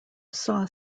saw